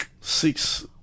six